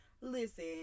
Listen